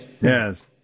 Yes